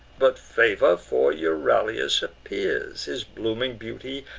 but favor for euryalus appears his blooming beauty,